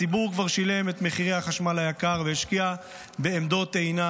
הציבור כבר שילם את מחירי החשמל היקר והשקיע בעמדות טעינה,